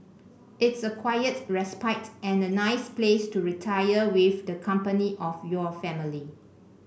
it's a quiet respite and a nice place to retire with the company of your family